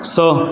स